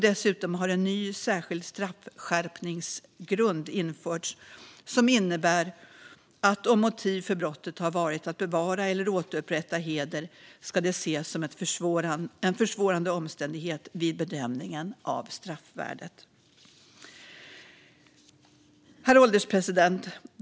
Dessutom har en ny särskild straffskärpningsgrund införts som innebär att om ett motiv för brottet har varit att bevara eller återupprätta heder ska det ses som en försvårande omständighet vid bedömningen av straffvärdet. Herr ålderspresident!